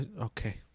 Okay